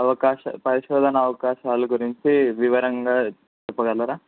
అవకాశ పరిశోధన అవకాశాల గురించి వివరంగా చెప్పగలరా